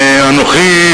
אנוכי,